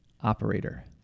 operator